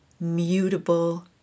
mutable